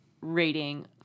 rating